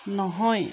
নহয়